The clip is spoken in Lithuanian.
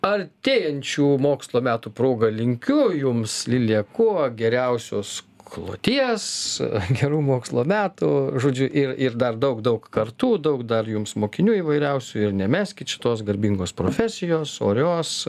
artėjančių mokslo metų proga linkiu jums lilija kuo geriausios kloties gerų mokslo metų žodžiu ir ir dar daug daug kartų daug dar jums mokinių įvairiausių ir nemeskit šitos garbingos profesijos orios